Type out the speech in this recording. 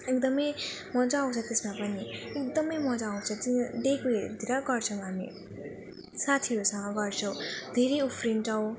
एकदम मजा आउँछ त्यसमा पनि एकदम मजा आउँछ डेकहरूतिर गर्छौँ हामी साथीहरूसँग गर्छौँ धेरै उफ्रिन्छौँ